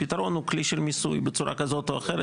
הפתרון הוא כלי של מיסוי בצורה כזו או אחרת,